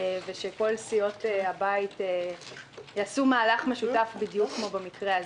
ושכל סיעות הבית יעשו מהלך משותף בדיוק כמו במקרה הזה.